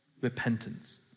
Repentance